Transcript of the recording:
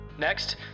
Next